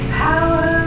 power